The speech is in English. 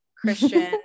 Christian